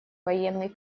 военной